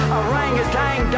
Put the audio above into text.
orangutan